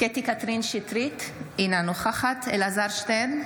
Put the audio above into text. קטי קטרין שטרית, אינה נוכחת אלעזר שטרן,